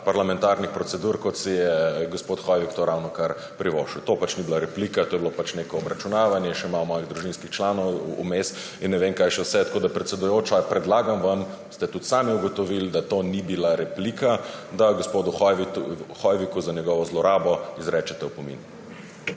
parlamentarnih procedur, kot si je gospod Hoivik to ravno privoščil. To pač ni bila replika. To je bilo pač neko obračunavanje. Še malo mojih družinskih članov vmes in ne vem kaj še vse. Tako da, predsedujoča, predlagam vam, ste tudi sami ugotovili, da to ni bila replika, da gospodu Hoiviku za njegovo zlorabo izrečete opomin.